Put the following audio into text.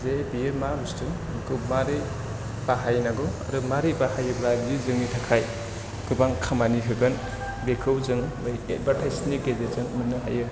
जे बेयो मा बुस्थु बेखौ मारै बाहायनांगौ आरो माब्रै बाहायोब्ला बेयो जोंनि थाखाय गोबां खामानि होगोन बेखौ जों एडभार्टाइजनि गेजेरजों मोन्नो हायो